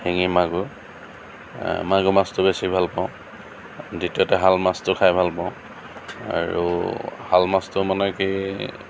শিঙি মাগুৰ মাগুৰ মাছটো বেছি ভাল পাওঁ দ্বিতীয়তে শাল মাছটো খাই ভাল পাওঁ আৰু শাল মাছটো মানে কি